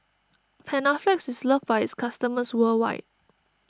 Panaflex is loved by its customers worldwide